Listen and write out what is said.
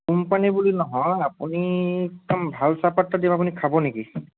company বুলি নহয় আপুনি একদম ভাল চাহপাত এটা দিম আপুনি খাব নেকি